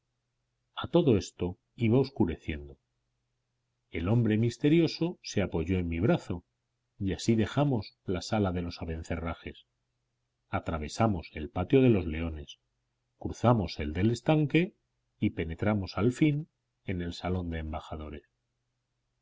a todo esto iba oscureciendo el hombre misterioso se apoyó en mi brazo y así dejamos la sala de los abencerrajes atravesamos el patio de los leones cruzamos el del estanque y penetramos al fin en el salón de embajadores